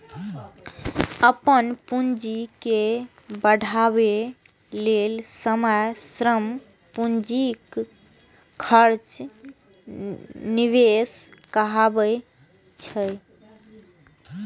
अपन पूंजी के बढ़ाबै लेल समय, श्रम, पूंजीक खर्च निवेश कहाबै छै